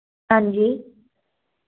हां जी